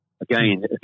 again